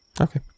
Okay